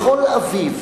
בכל אביב